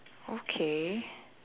okay